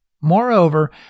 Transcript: Moreover